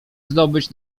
zdobyć